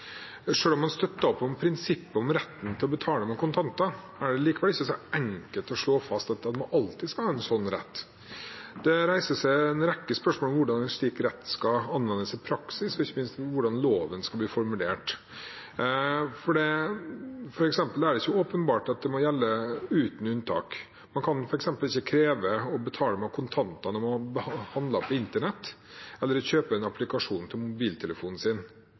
om man støtter opp om prinsippet om retten til å betale med kontanter, er det ikke så enkelt å slå fast at man alltid skal ha en slik rett. Det reises en rekke spørsmål om hvordan en slik rett skal anvendes i praksis, og ikke minst om hvordan loven skal formuleres. Det er f.eks. ikke åpenbart at det må gjelde uten unntak. Man kan f.eks. ikke kreve å få betale med kontanter når man handler på internett eller kjøper en applikasjon til mobiltelefonen sin.